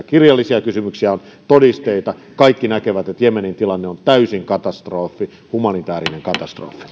kirjallisia kysymyksiä on todisteita kaikki näkevät että jemenin tilanne on täysin katastrofaalinen humanitäärinen katastrofi